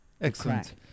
excellent